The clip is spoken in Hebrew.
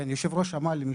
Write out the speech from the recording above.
יושב ראש עמל.